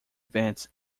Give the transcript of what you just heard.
events